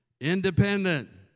independent